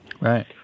Right